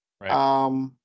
Right